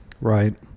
Right